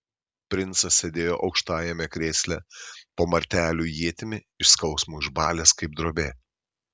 princas sėdėjo aukštajame krėsle po martelių ietimi iš skausmo išbalęs kaip drobė